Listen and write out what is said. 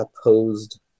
opposed